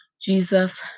Jesus